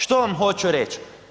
Što vam hoću reći?